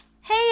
Hey